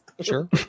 Sure